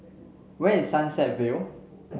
where is Sunset View